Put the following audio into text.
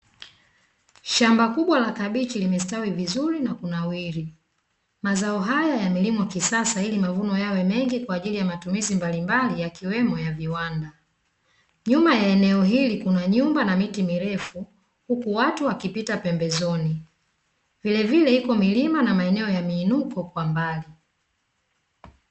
Shamba kubwa la kabichi limestawi vizuri na kunawiri, mazao haya yamelimwa kisasa ili mavuno yawe mengi kwa matumizi mbalimbali yakiwemo ya viwanda. Nyuma ya eneo hili kuna nyumba na miti mirefu huku watu wakipita pembezoni vile vile ipo milima na maeneo ya miinuko kwa mbali.